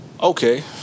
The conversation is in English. okay